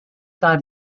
died